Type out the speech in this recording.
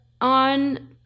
On